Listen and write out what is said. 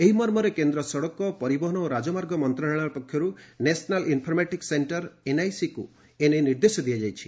ଏହି ମର୍ମରେ କେନ୍ଦ୍ର ସଡ଼କ ପରିବହନ ଓ ରାଜମାର୍ଗ ମନ୍ତ୍ରଣାଳୟ ପକ୍ଷରୁ ନେସ୍ୟାନାଲ୍ ଇନ୍ଫର୍ମାଟିକ୍ସ ସେଷ୍ଟର୍ ଏନ୍ଆଇସିକୁ ଏ ନେଇ ନିର୍ଦ୍ଦେଶ ଦିଆଯାଇଛି